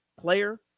player